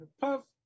Puff